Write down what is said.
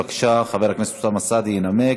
בבקשה, חבר הכנסת אוסאמה סעדי ינמק.